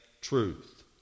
truth